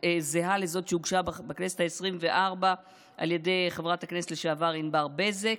זהה לזאת שהוגשה בכנסת העשרים-וארבע על ידי חברת הכנסת לשעבר ענבר בזק,